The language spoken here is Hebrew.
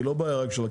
היא לא בעיה רק בכנרת.